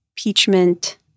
impeachment